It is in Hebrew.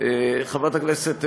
חברת הכנסת מיכאלי,